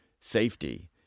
safety –